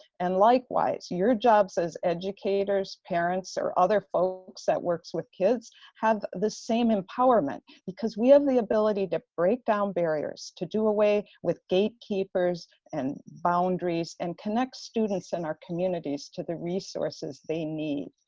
and likewise, your jobs as educators, parents, or other folks that work with kids have the same empowerment, because we have um the ability to break down barriers, to do away with gatekeepers and boundaries, and connect students in our communities to the resources they need.